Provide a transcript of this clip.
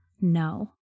no